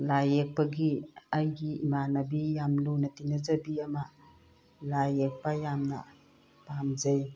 ꯂꯥꯏ ꯌꯦꯛꯄꯒꯤ ꯑꯩꯒꯤ ꯏꯃꯥꯟꯅꯕꯤ ꯌꯥꯝ ꯂꯨꯅ ꯇꯤꯟꯅꯖꯕꯤ ꯑꯃ ꯂꯥꯏ ꯌꯦꯛꯄ ꯌꯥꯝꯅ ꯄꯥꯝꯖꯩ